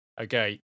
Okay